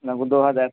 لگ بھگ دو ہزار